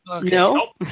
No